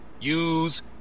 use